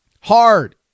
Hard